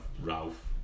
Ralph